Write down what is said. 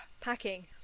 packing